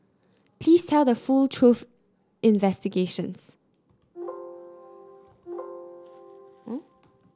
please tell the full truth investigations